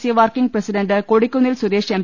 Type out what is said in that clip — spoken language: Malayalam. C working president Kodikunnil Suresh M